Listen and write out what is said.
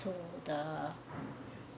to the